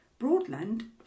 Broadland